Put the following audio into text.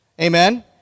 Amen